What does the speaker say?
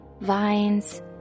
vines